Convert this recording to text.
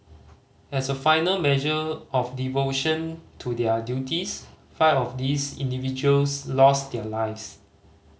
as a final measure of devotion to their duties five of these individuals lost their lives